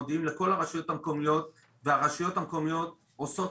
מודיעים לכל הרשויות המקומיות והרשויות המקומיות עושות